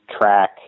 track